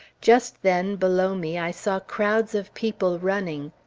just then, below me i saw crowds of people running.